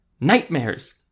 Nightmares